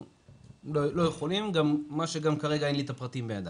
לא יכולים וגם אין לי את הפרטים בידיי.